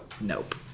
nope